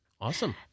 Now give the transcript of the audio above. Awesome